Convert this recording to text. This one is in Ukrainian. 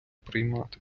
приймати